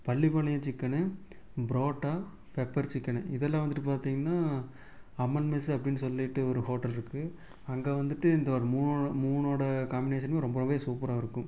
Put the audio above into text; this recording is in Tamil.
Pallipalayam chicken parotta pepper chicken இதெல்லாம் வந்துட்டு பார்த்தீங்கன்னா அம்மன் மெஸ்ஸு அப்படின்னு சொல்லிட்டு ஒரு ஹோட்டல் இருக்குது அங்கே வந்துட்டு இந்த ஒரு மூ மூணோட காம்மினேஷனுமே ரொம்பவே சூப்பராக இருக்கும்